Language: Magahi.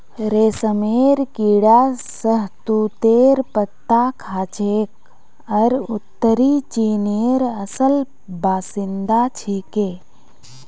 रेशमेर कीड़ा शहतूतेर पत्ता खाछेक आर उत्तरी चीनेर असल बाशिंदा छिके